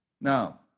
Now